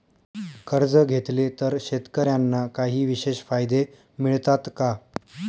कर्ज घेतले तर शेतकऱ्यांना काही विशेष फायदे मिळतात का?